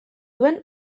duen